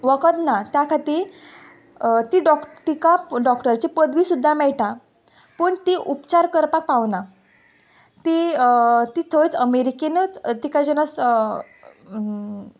वखद ना त्या खाती ती डॉक्टर तिका डॉक्टराची पदवी सुद्दां मेळटा पूण ती उपचार करपाक पावना ती ती थंयच अमिरिकेनच तिका जेन्ना स